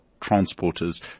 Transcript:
transporters